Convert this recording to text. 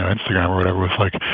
and instagram or whatever with, like,